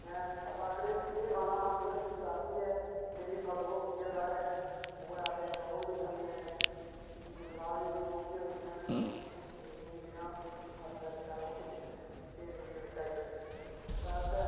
ऐं कक्ख निं केह् खाना हा उऐ रुट्टी खाद्धी ऐ जेह्ड़ी फसल होंदी ऐ साढ़े ओह् अस चौल बी खन्ने ओह् दालीं ओह् बी होंदियां न जियां लगभग होंदियां न एह् होंदियां न एह्दे आस्तै